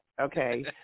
Okay